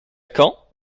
quand